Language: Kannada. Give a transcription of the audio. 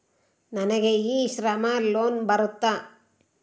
ನನಗೆ ಇ ಶ್ರಮ್ ಲೋನ್ ಬರುತ್ತಾ?